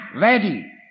ready